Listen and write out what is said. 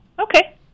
Okay